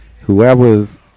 whoever's